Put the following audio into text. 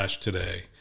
today